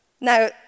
Now